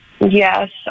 Yes